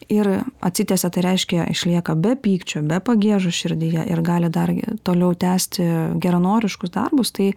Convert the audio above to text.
ir atsitiesia tai reiškia išlieka be pykčio be pagiežos širdyje ir gali dar toliau tęsti geranoriškus darbus tai